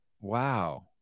Wow